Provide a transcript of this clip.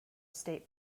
state